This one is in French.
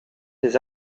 des